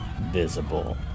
visible